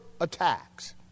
attacks